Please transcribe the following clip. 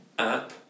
app